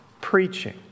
preaching